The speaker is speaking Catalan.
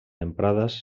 emprades